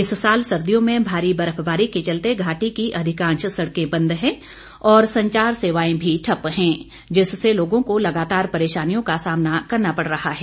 इस साल सर्दियों में भारी बर्फबारी के चलते घाटी की अधिकांश सड़कें बंद हैं और संचार सेवाएं भी ठप्प हैं जिससे लोगों को लगातार परेशानियों का सामना करना पड़ रहा है